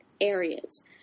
areas